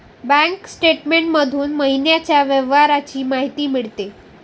bank statement मधून महिन्याच्या व्यवहारांची माहिती मिळते